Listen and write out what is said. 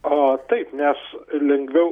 o taip nes lengviau